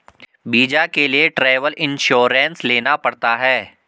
visa के लिए travel insurance लेना पड़ता है